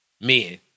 men